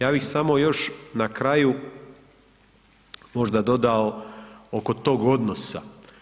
Ja bih samo još na kraju možda dodao oko tog odnosa.